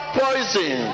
poison